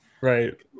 Right